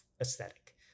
aesthetic